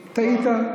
אדוני, טעית.